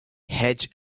hedge